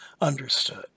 understood